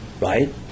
Right